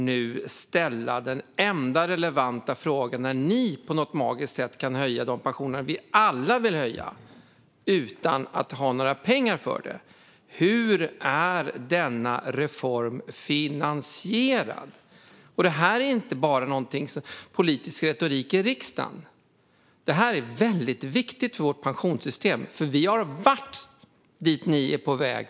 När ni nu på något magiskt sätt kan höja de pensioner som vi alla vill höja, utan att ha några pengar för det, måste vi ställa den enda relevanta frågan: Hur är denna reform finansierad? Det här handlar inte bara om politisk retorik i riksdagen. Det är väldigt viktigt för vårt pensionssystem, för vi har varit dit ni är på väg.